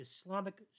Islamic